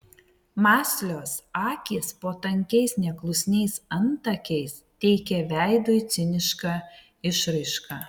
mąslios akys po tankiais neklusniais antakiais teikė veidui cinišką išraišką